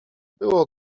było